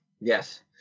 Yes